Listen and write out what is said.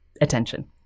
attention